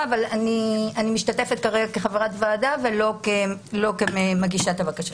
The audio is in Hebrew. אבל אני משתתפת כרגע כחברת ועדה ולא כמגישת הבקשה.